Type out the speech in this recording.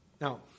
Now